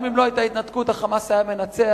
גם אם לא היתה התנתקות ה"חמאס" היה מנצח.